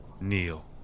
Kneel